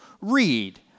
Read